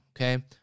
okay